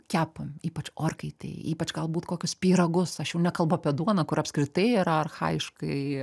kepam ypač orkaitėj ypač galbūt kokius pyragus aš jau nekalbu apie duoną kur apskritai yra archajiškai